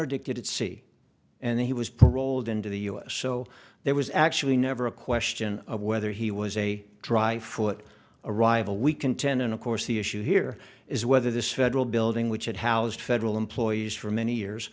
interdicted at sea and he was paroled into the u s so there was actually never a question of whether he was a dry foot arrival we contend and of course the issue here is whether this federal building which had housed federal employees for many years